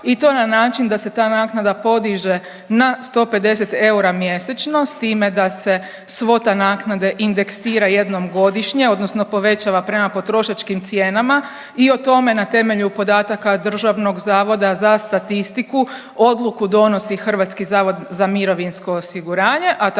i to na način da se ta naknada podiže na 150 eura mjesečno s time da se svota naknade indeksira jednom godišnje, odnosno povećava prema potrošačkim cijenama i o tome na temelju podataka Državnog zavoda za statistiku odluku donosi Hrvatski zavod za mirovinsko osiguranje, a također